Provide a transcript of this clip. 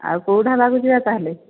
ଆଉ କେଉଁ ଢାବାକୁ ଯିବା ତା'ହେଲେ